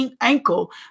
ankle